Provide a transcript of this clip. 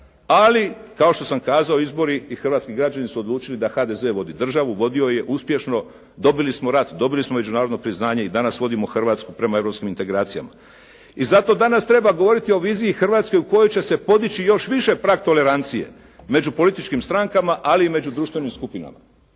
ali kao što sam kazao izbori i hrvatski građani su odlučili da HDZ vodi državu. Vodio ju je uspješno. Dobili smo rat, dobili smo međunarodno priznanje i danas vodimo Hrvatsku prema europskim integracijama. I zato danas treba govoriti o viziji Hrvatske u kojoj će se podići još više prag tolerancije među političkim strankama ali i među društvenim skupinama.